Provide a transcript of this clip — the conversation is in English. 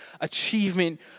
achievement